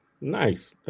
Nice